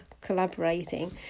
collaborating